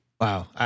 Wow